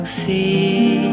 see